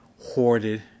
hoarded